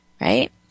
right